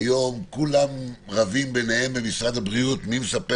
והיום כולם רבים ביניהם במשרד הבריאות מי מספר